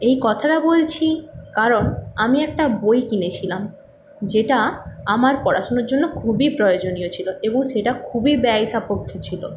এই কথাটা বলছি কারণ আমি একটা বই কিনেছিলাম যেটা আমার পড়াশুনোর জন্য খুবই প্রয়োজনীয় ছিল এবং সেটা খুবই ব্যয়সাপেক্ষ ছিল